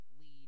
lead